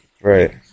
right